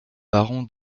baron